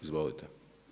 Izvolite.